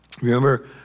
Remember